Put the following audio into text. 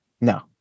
No